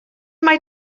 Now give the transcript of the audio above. mae